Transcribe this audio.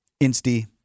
Insty